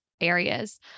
areas